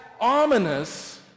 ominous